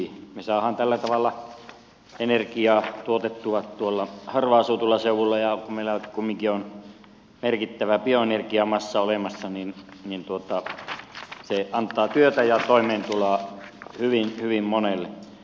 me saamme tällä tavalla energiaa tuotettua tuolla harvaan asutulla seudulla ja kun meillä kumminkin on merkittävä bioenergiamassa olemassa niin se antaa työtä ja toimeentuloa hyvin hyvin monelle